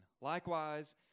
Likewise